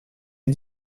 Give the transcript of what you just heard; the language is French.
une